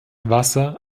wasser